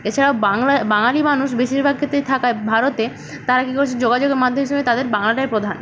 এছাড়াও বাংলা বাঙালি মানুষ বেশিরভাগ ক্ষেত্রেই থাকায় ভারতে তারা কি কচ্ছে যোগাযোগের মাধ্যম হিসেবে তাদের বাংলাটাই প্রধান